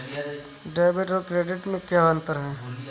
Debit और credit में क्या अंतर है?